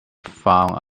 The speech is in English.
found